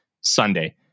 Sunday